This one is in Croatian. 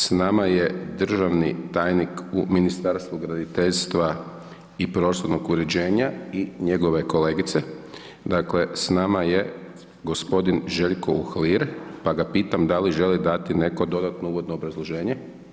S nama je državni tajnik u Ministarstvu graditeljstva i prostornog uređenja i njegove kolegice, dakle s nama je gospodin Željko Uhlir, pa ga pitam da li želi dati neko dodatno uvodno obrazloženje?